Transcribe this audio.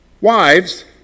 Wives